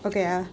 okay ah